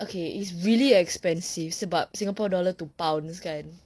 okay it's really expensive it's about singapore dollars to pounds kan